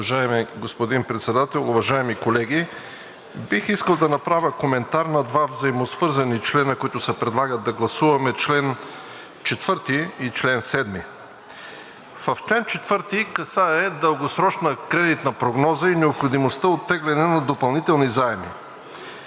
Уважаеми господин Председател, уважаеми колеги! Бих искал да направя коментар на два взаимносвързани члена, които се предлага да гласуваме – чл. 4 и чл. 7. Член 4 касае дългосрочната кредитна прогноза и необходимостта от теглене на допълнителни заеми.